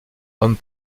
homme